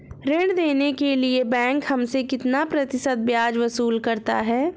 ऋण देने के लिए बैंक हमसे कितना प्रतिशत ब्याज वसूल करता है?